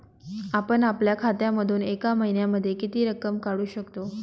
आपण आपल्या खात्यामधून एका महिन्यामधे किती रक्कम काढू शकतो?